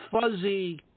fuzzy